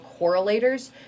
correlators